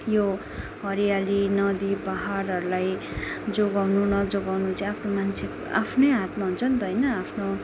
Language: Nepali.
यो हरियाली नदी पाहाडहरूलाई जोगाउनु नजोगाउनु चाहिँ आफ्नै हातमा हुन्छ नि त होइन